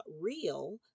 real